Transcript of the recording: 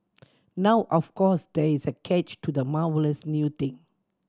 now of course there is a catch to this marvellous new thing